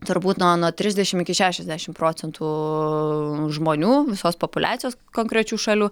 turbūt nuo nuo trisdešim iki šešiasdešim procentų žmonių visos populiacijos konkrečių šalių